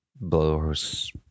blows